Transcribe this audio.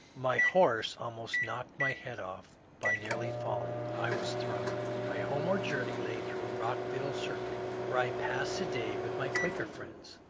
my horse almost knocked my head off by nearly falling. i was thrown. my homeward journey lay through rockville circuit, where i passed a day with my quaker friends,